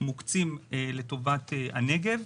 מוקצים לטובת הנגב.